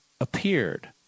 appeared